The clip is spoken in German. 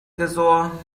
tresor